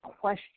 question